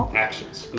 actions.